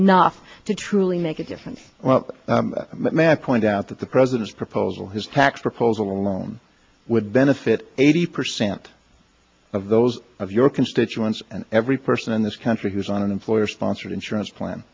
enough to truly make a difference matt point out that the president's proposal his tax proposal alone would benefit eighty percent of those of your constituents and every person in this country who's on an employer sponsored insurance plan